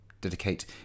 dedicate